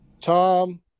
Tom